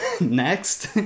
next